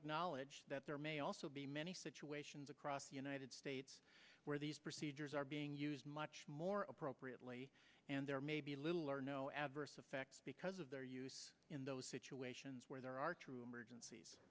acknowledge that there may also be many situations across the united states where these procedures are being used much more appropriately and there may be little or no adverse effects because of their use in those situations where there are true emergencies